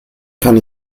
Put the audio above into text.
kann